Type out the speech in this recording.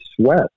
sweat